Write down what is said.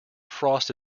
frost